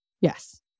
Yes